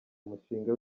umushinga